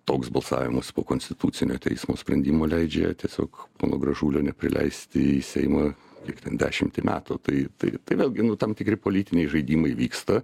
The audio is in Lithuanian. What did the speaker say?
toks balsavimas po konstitucinio teismo sprendimo leidžia tiesiog pono gražulio neprileisti į seimą kiek ten dešimtį metų tai taip tai vėlgi nu tam tikri politiniai žaidimai vyksta